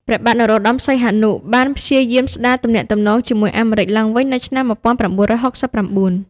ព្រះបាទនរោត្តម សីហនុ បានព្យាយាមស្តារទំនាក់ទំនងជាមួយអាមេរិកឡើងវិញនៅឆ្នាំ ១៩៦៩។